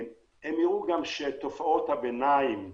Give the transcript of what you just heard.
הם הראו גם שתופעות הביניים,